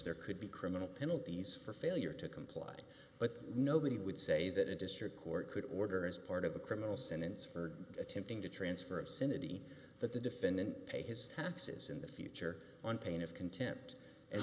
there could be criminal penalties for failure to comply but nobody would say that a district court could order as part of a criminal sentence for attempting to transfer of sin and even that the defendant pay his taxes in the future on pain of contempt and